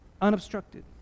unobstructed